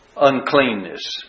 uncleanness